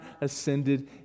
ascended